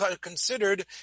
considered